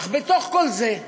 אך בתוך כל זה,